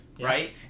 right